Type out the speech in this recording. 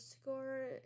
score